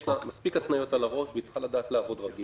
יש לה מספיק התניות על הראש והיא צריכה לעבוד רגיל.